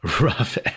Rough